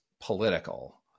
political